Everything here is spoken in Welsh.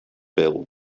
bil